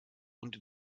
und